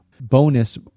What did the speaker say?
bonus